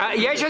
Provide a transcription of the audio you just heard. כן,